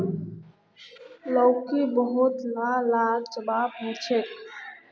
लौकीर बहुतला स्वास्थ्य लाभ ह छेक